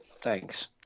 Thanks